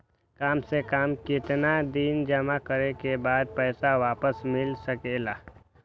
काम से कम केतना दिन जमा करें बे बाद पैसा वापस मिल सकेला?